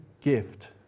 gift